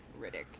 Riddick